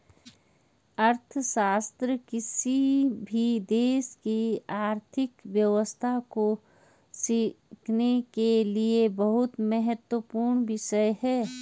अर्थशास्त्र किसी भी देश की आर्थिक व्यवस्था को सीखने के लिए बहुत महत्वपूर्ण विषय हैं